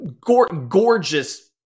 gorgeous